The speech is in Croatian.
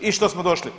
I što smo došli?